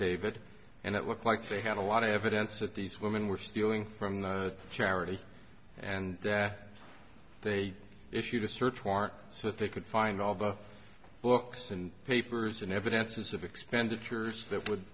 affidavit and it looked like they had a lot of evidence that these women were stealing from the charity and that they issued a search warrant so that they could find all the books and papers and evidences of expenditures that would